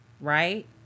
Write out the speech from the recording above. right